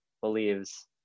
believes